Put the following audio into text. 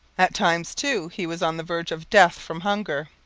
at times, too, he was on the verge of death from hunger.